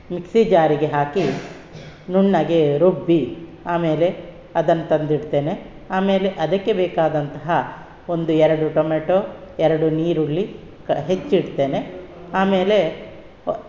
mixie ಜಾರಿಗೆ ಹಾಕಿ ನುಣ್ಣಗೆ ರುಬ್ಬಿ ಆಮೇಲೆ ಅದನ್ನ ತಂದು ಇಡ್ತೇನೆ ಆಮೇಲೆ ಅದಕ್ಕೆ ಬೇಕಾದಂತಹ ಒಂದು ಎರಡು ಟೊಮೇಟೊ ಎರಡು ಈರುಳ್ಳಿ ಕ ಹೆಚ್ಚು ಇಡ್ತೇನೆ ಆಮೇಲೆ